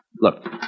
Look